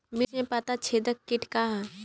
मिर्च में पता छेदक किट का है?